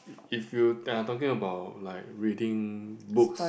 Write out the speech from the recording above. if if you ah talking about like reading books